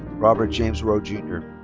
robert james rowe jr.